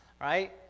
right